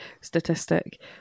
statistic